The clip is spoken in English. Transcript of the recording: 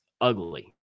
ugly